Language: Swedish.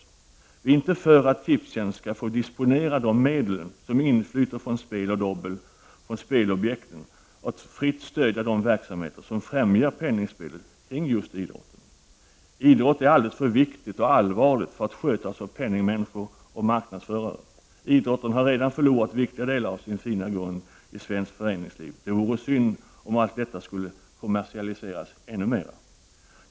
Vi är inte för att Tipstjänst skall få disponera de medel som inflyter från spel och dobbel från spelobjekten och fritt stödja de verksamheter som främjar penningspelet kring just idrotten. Idrott är alldeles för viktig och allvarlig för att skötas av penningmänniskor och marknadsförare. Idrotten har redan förlorat viktiga delar av sin fina grund i svenskt föreningsliv. Det vore synd om allt detta skulle kommersialiseras ännu mer.